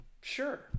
Sure